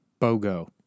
BOGO